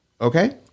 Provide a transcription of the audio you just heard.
okay